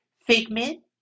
figment